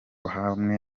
hamwe